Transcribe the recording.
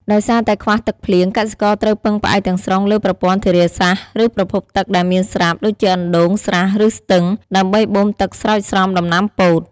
ដោយសារតែខ្វះទឹកភ្លៀង កសិករត្រូវពឹងផ្អែកទាំងស្រុងលើប្រព័ន្ធធារាសាស្ត្រ ឬប្រភពទឹកដែលមានស្រាប់ ដូចជាអណ្ដូង ស្រះ ឬស្ទឹង ដើម្បីបូមទឹកស្រោចស្រពដំណាំពោត។